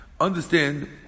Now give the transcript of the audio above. Understand